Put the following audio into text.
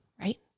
right